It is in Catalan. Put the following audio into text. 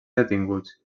detinguts